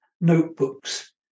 notebooks